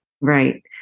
Right